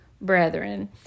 brethren